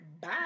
Bye